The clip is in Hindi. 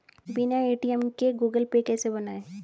बिना ए.टी.एम के गूगल पे कैसे बनायें?